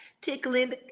tickling